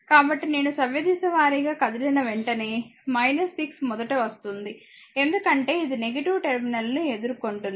కాబట్టి నేను సవ్యదిశ వారీగా కదిలిన వెంటనే 6 మొదట వస్తుంది ఎందుకంటే ఇది నెగిటివ్ టెర్మినల్ను ఎదుర్కొంటుంది